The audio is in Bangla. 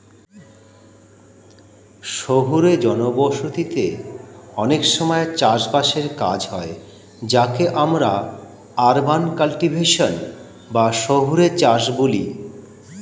শহুরে জনবসতিতে অনেক সময় চাষ বাসের কাজ হয় যাকে আমরা আরবান কাল্টিভেশন বা শহুরে চাষ বলি